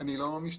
אני לא משטרה.